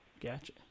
Gotcha